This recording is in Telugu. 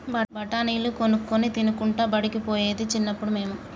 బఠాణీలు కొనుక్కొని తినుకుంటా బడికి పోయేది చిన్నప్పుడు మేము